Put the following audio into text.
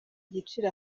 agaciro